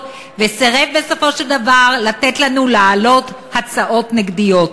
וסירב בסופו של דבר לתת לנו להעלות הצעות נגדיות.